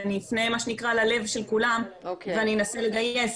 אני אפנה ללב של כולם ואני אנסה לגייס,